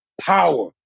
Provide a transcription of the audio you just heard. Power